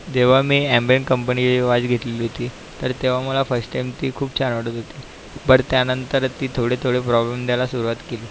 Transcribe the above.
जेव्हा मी ॲम्रेन कंपनीची वॉच घेतलेली होती तर तेव्हा मला फस्ट टाइम ती खूप छान वाटत होती पर त्यानंतर ती थोडे थोडे प्रॉब्लेम द्यायला सुरवात केली